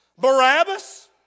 Barabbas